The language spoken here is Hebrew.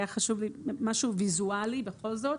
היה חשוב לי משהו ויזואלי, בכל זאת.